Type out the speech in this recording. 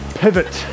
pivot